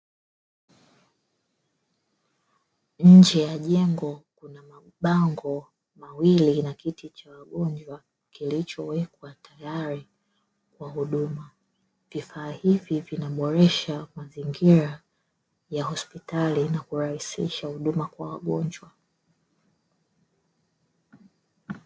Nje ya jengo kuna mabango mawili na kiti cha wagonjwa kilichowekwa tayari kwa huduma, vifaa hivi vinaboresha mazingira ya hospitali na kurahisisha huduma kwa wagonjwa.